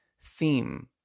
theme